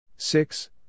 Six